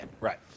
Right